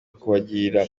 kubagirira